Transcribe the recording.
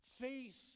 faith